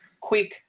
quick